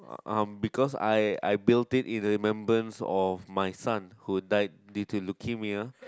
um because I I built it in remembrance of my son who died due to leukemia